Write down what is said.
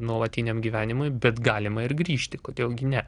nuolatiniam gyvenimui bet galima ir grįžti kodėl gi ne